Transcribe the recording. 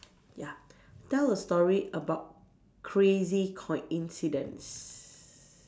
ya tell a story about crazy coincidence